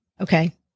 Okay